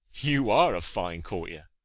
you are a fine courtier.